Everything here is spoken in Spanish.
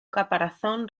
caparazón